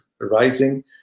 rising